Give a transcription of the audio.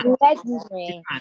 legendary